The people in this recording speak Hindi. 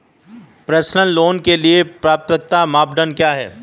पर्सनल लोंन के लिए पात्रता मानदंड क्या हैं?